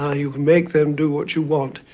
ah you can make them do what you want.